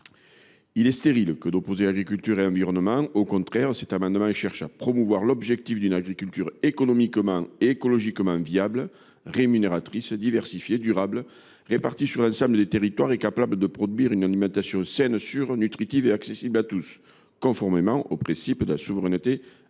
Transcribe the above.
Il est stérile d’opposer agriculture et environnement. Au contraire, cet amendement vise à promouvoir l’objectif d’une agriculture économiquement et écologiquement viable, rémunératrice, diversifiée, durable, répartie sur l’ensemble des territoires et capable de produire une alimentation saine, sûre, nutritive et accessible à tous, conformément au principe de la souveraineté alimentaire.